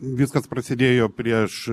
viskas prasidėjo prieš